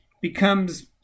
becomes